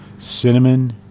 cinnamon